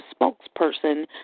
spokesperson